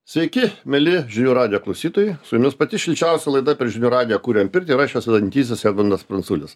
sveiki mieli žinių radijo klausytojai su jumis pati šilčiausia laida per žinių radiją kuriam pirtį ir aš jos vedantysis edmundas pranculis